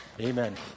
Amen